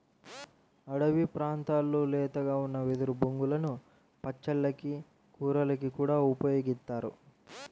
అడివి ప్రాంతాల్లో లేతగా ఉన్న వెదురు బొంగులను పచ్చళ్ళకి, కూరలకి కూడా ఉపయోగిత్తారు